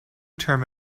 term